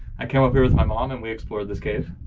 i came up here with my mom and we explored this cave.